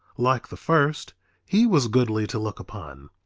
like the first he was goodly to look upon.